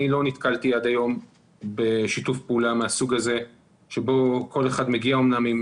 אני לא נתקלתי עד היום בשיתוף פעולה מהסוג הזה שבו כל אחד מגיע אמנם עם